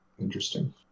Interesting